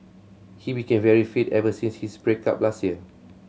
he became very fit ever since his break up last year